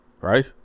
Right